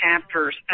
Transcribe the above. chapters